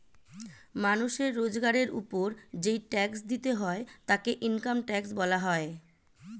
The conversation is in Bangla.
মানুষের রোজগারের উপর যেই ট্যাক্স দিতে হয় তাকে ইনকাম ট্যাক্স বলা হয়